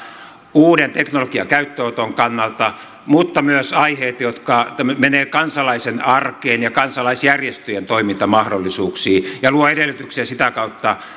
uuden teknologian käyttöönoton kannalta mutta on myös aiheita jotka menevät kansalaisen arkeen ja kansalaisjärjestöjen toimintamahdollisuuksiin ja luovat edellytyksiä sitä kautta